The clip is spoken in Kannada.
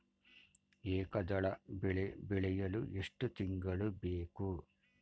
ಏಕದಳ ಬೆಳೆ ಬೆಳೆಯಲು ಎಷ್ಟು ತಿಂಗಳು ಬೇಕು?